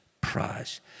prize